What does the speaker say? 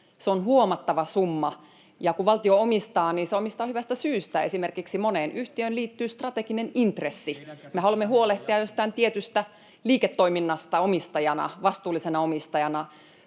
Se on huomattava summa. Ja kun valtio omistaa, niin se omistaa hyvästä syystä. Esimerkiksi moneen yhtiöön liittyy strateginen intressi. Me haluamme huolehtia jostain tietystä liiketoiminnasta omistajana, vastuullisena omistajana,